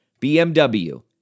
BMW